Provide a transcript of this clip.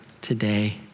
today